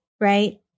right